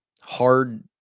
hard